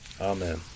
Amen